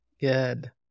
Good